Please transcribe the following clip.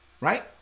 right